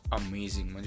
amazing